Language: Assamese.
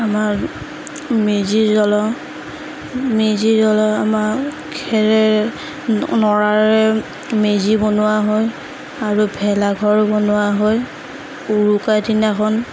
আমাৰ মেজি জ্বলাওঁ মেজি জ্বলাই আমাৰ খেৰেৰে নৰাৰে মেজি বনোৱা হয় আৰু ভেলাঘৰো বনোৱা হয় উৰুকাৰ দিনাখন